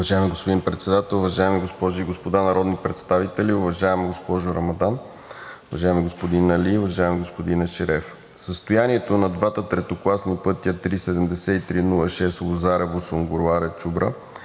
Уважаеми господин Председател, уважаеми госпожи и господа народни представители! Уважаема госпожо Рамадан, уважаеми господин Али, уважаеми господин Ешереф, състоянието на двата третокласни пътя – III-7306 (Лозарево – Сунгурларе – Чубра)